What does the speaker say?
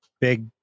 big